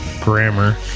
grammar